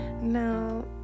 Now